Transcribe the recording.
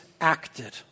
acted